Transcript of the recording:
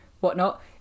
whatnot